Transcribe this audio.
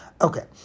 Okay